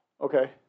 Okay